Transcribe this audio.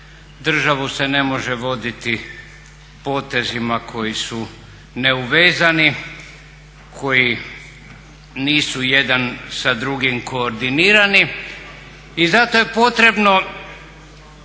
državu se ne može voditi potezima koji su neuvezani, koji nisu jedan sa drugim koordinirani i zato je potrebno